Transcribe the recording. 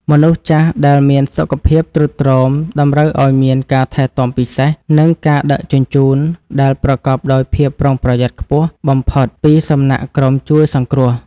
មនុស្សចាស់ដែលមានសុខភាពទ្រុឌទ្រោមតម្រូវឱ្យមានការថែទាំពិសេស និងការដឹកជញ្ជូនដែលប្រកបដោយភាពប្រុងប្រយ័ត្នខ្ពស់បំផុតពីសំណាក់ក្រុមជួយសង្គ្រោះ។